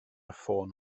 ffôn